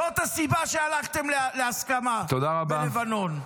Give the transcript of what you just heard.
זאת הסיבה שהלכתם להסכמה בלבנון.